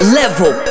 level